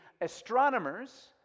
astronomers